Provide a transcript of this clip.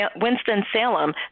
Winston-Salem